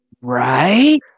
Right